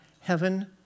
heaven